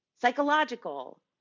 Psychological